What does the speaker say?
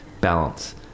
balance